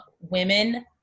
women